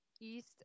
east